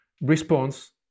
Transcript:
response